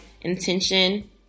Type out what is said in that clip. intention